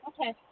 Okay